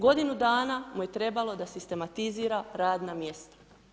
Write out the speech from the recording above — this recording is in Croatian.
Godinu dana mu je trebalo da sistematizira radna mjesta.